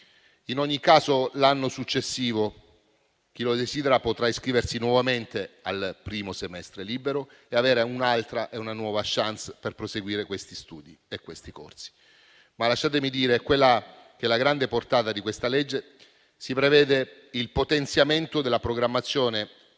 In ogni caso, l'anno successivo chi lo desidera potrà iscriversi nuovamente al primo semestre libero e avere una nuova *chance* per proseguire gli studi in questi corsi. Lasciatemi dire qual è la grande portata del disegno di legge in esame: si prevede il potenziamento della programmazione